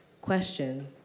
Question